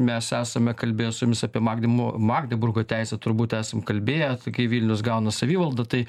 mes esame kalbėję su jumis apie magdymo magdeburgo teisę turbūt esam kalbėję tai kai vilnius gauna savivaldą tai